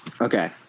Okay